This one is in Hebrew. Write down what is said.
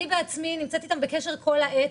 אני בעצמי נמצאת איתם בקשר כל הזמן.